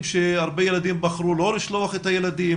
שהרבה הורים בחרו לא לשלוח את הילדים,